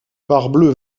parbleu